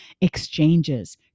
exchanges